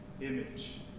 image